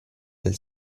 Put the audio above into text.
del